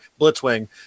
Blitzwing